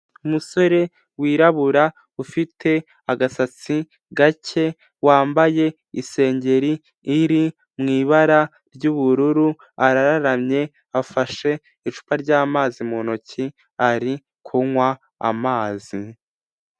Umusore wirabura ufite agasatsi gake, wambaye isengeri iri mu ibara ry'ubururu, arararamye, afashe icupa ry'amazi mu ntoki ari kunywa amazi.